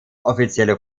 offizielle